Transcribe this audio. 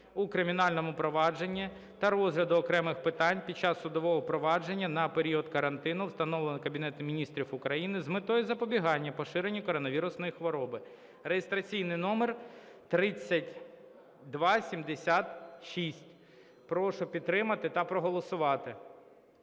у кримінальному провадженні та розгляду окремих питань під час судового провадження на період карантину, встановленого Кабінетом Міністрів України з метою запобігання поширенню коронавірусної хвороби (реєстраційний номер 3276). Прошу підтримати та проголосувати.